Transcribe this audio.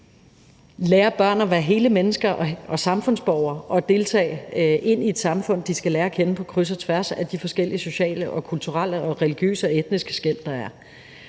lære børn at være hele mennesker og samfundsborgere og deltagere ind i et samfund, som de skal lære at kende på kryds og tværs af de forskellige sociale og kulturelle og religiøse og etniske skel, der er.